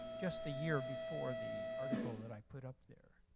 just a year before the article that i put up there.